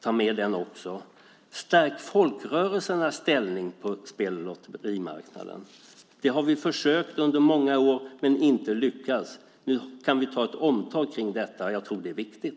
Ta med den också. Stärk folkrörelsernas ställning på spel och lotterimarknaden. Det har vi försökt göra under många år men inte lyckats. Nu kan vi försöka igen. Jag tror att det är viktigt.